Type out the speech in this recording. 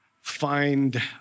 find